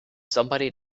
somebody